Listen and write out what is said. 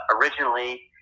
Originally